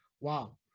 wow